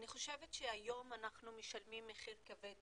היום אנחנו מלשמים מחיר כבד